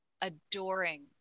adoring